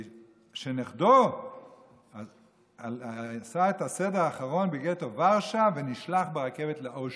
שנכדו עשה את הסדר האחרון בגטו ורשה ונשלח ברכבת לאושוויץ.